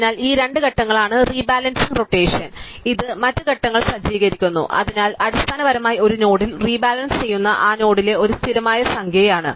അതിനാൽ ഈ രണ്ട് ഘട്ടങ്ങളാണ് റീബാലൻസിംഗ് റോടേഷൻ ഇത് മറ്റ് ഘട്ടങ്ങൾ സജ്ജീകരിച്ചിരിക്കുന്നു അതിനാൽ അടിസ്ഥാനപരമായി ഒരു നോഡിൽ റീബാലൻസ് ചെയ്യുന്നത് ആ നോഡിലെ ഒരു സ്ഥിരമായ സംഖ്യയാണ്